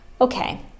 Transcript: okay